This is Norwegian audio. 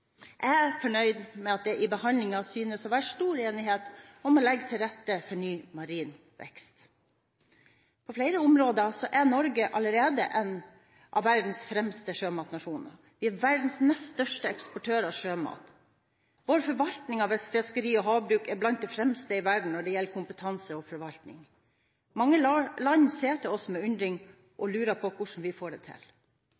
Jeg er fornøyd med at det i behandlingen synes å være stor enighet om å legge til rette for ny marin vekst. På flere områder er Norge allerede en av verdens fremste sjømatnasjoner. Vi er verdens nest største eksportør av sjømat. Vår forvaltning av fiskeri og havbruk er blant det fremste i verden når det gjelder kompetanse og forvaltning. Mange land ser til oss med undring